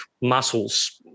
muscles